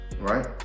Right